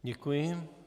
Děkuji.